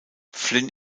flynn